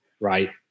right